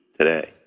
today